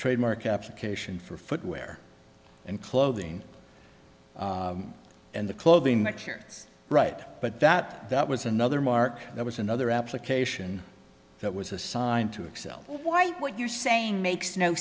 trademark application for footwear and clothing and the clothing next year right but that that was another mark there was another application that was assigned to excel why what you're saying makes no